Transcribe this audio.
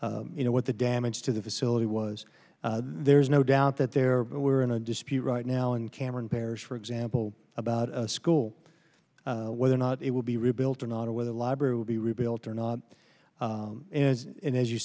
you know what the damage to the facility was there's no doubt that there were in a dispute right now in cameron parish for example about a school whether or not it will be rebuilt or not or whether the library will be rebuilt or not and as you